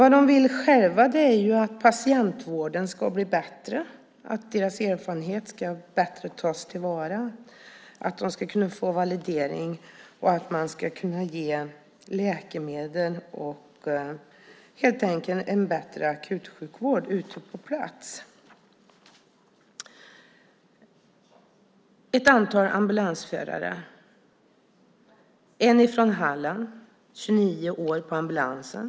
De själva vill ju att patientvården ska bli bättre, att deras erfarenhet bättre ska tas till vara, att de ska kunna få validering och att de ska kunna ge läkemedel. De vill helt enkelt kunna ge en bättre akutsjukvård ute på plats. Jag ska berätta om ett antal ambulansförare. En är från Halland. Han har varit i 29 år på ambulansen.